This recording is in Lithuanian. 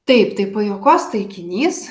taip tai pajuokos taikinys